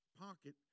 pocket